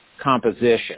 composition